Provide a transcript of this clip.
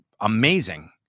amazing